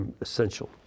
essential